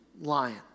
lion